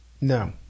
no